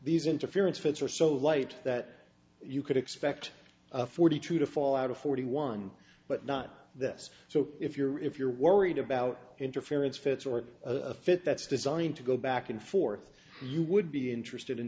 these interference fits are so light that you could expect a forty two to fall out of forty one but not this so if you're if you're worried about interference fits or a fit that's designed to go back and forth you would be interested in